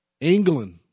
England